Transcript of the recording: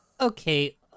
Okay